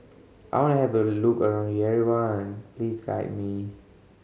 I want to have a look around Yerevan please guide me